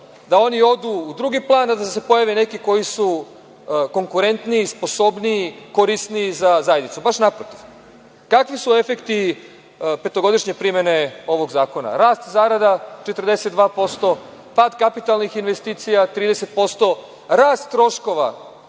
da oni odu u drugi plan, a da se pojave neki koji su konkurentniji, sposobniji, korisniji za zajednicu, naprotiv. Kakvi su efekti petogodišnje primene ovog zakona, rast – zarada 42%, pad kapitalnih investicija 30%, rast troškova